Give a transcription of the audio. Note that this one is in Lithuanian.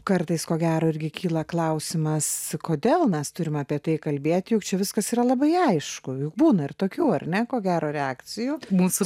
kartais ko gero irgi kyla klausimas kodėl mes turime apie tai kalbėti juk čia viskas yra labai aišku būna ir tokių ar ne ko gero reakcijų mūsų